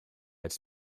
its